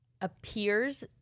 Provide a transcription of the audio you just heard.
appears